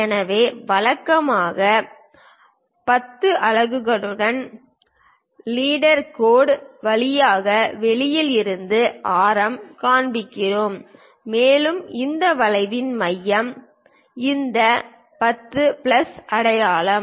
எனவே வழக்கமாக 10 அலகுகளுடன் லீடர் கோடு வழியாக வெளியில் இருந்து ஆரம் காண்பிக்கிறோம் மேலும் அந்த வளைவின் மையம் இந்த 10 பிளஸ் அடையாளம்